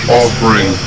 offering